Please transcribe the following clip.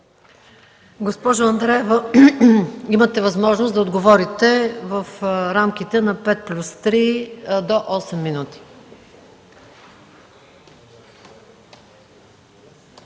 Госпожо Андреева, имате възможност да отговорите в рамките на пет плюс три – до осем минути.